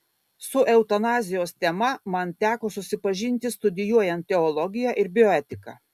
su eutanazijos tema man teko susipažinti studijuojant teologiją ir bioetiką